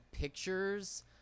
pictures